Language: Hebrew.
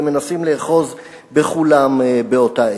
והם מנסים לאחוז בכולם באותה עת.